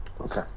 Okay